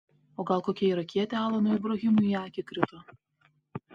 o gal kokia irakietė alanui ibrahimui į akį krito